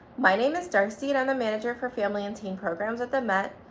my name is darcy and i'm the manager for family and teen programs at the met,